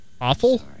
awful